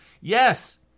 yes